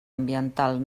ambiental